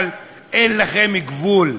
אבל, אין לכם גבול.